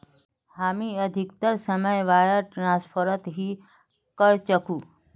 हामी अधिकतर समय वायर ट्रांसफरत ही करचकु